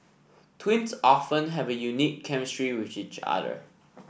twins often have a unique chemistry with each other